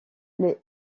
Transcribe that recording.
les